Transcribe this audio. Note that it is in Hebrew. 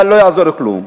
אבל לא יעזור כלום.